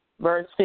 Verse